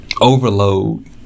overload